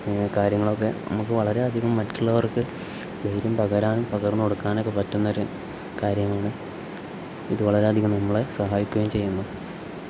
കാര്യങ്ങളൊക്കെ നമുക്ക് വളരെയധികം മറ്റുള്ളവർക്ക് ധൈര്യം പകരാനും പകർന്ന് കൊടുക്കാനും ഒക്കെ പറ്റുന്നൊരു കാര്യമാണ് ഇത് വളരെയധികം നമ്മളെ സഹായിക്കുകയും ചെയ്യുന്നു